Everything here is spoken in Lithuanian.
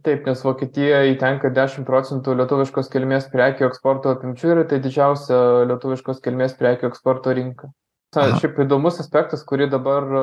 taip nes vokietijai tenka dešim procentų lietuviškos kilmės prekių eksporto apimčių ir tai didžiausio lietuviškos kilmės prekių eksporto rinka šiaip įdomus aspektas kurį dabar